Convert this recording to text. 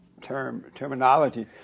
terminology